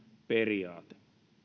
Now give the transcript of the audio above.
periaate